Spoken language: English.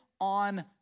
on